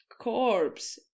corpse